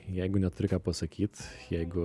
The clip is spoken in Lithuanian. jeigu neturi ką pasakyt jeigu